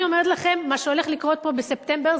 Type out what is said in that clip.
אני אומרת לכם שמה שהולך לקרות פה בספטמבר,